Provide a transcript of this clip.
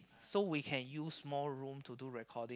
so we can use more room to do recording